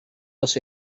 dos